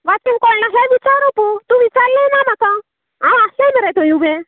वाचूंक कळना काय विचारपू तूं विचारलें ना म्हाका हांव आसलें मरे थंय उबें